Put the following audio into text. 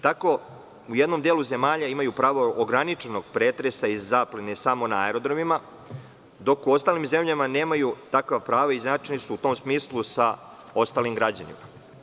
Tako, u jednom delu zemalja imaju pravo ograničenog pretresa i zaplene samo na aerodromima, dok u ostalim zemljama nemaju takva prava, izjednačeni su u tom smislu sa ostalim građanima.